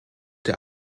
der